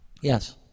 Yes